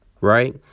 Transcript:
right